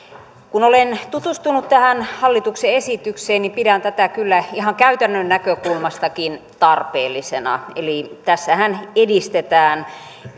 kun olen tutustunut tähän hallituksen esitykseen niin pidän tätä kyllä ihan käytännön näkökulmastakin tarpeellisena eli tässähän edistetään